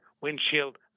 windshield